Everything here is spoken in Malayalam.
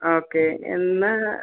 ഓക്കേ ഇന്ന്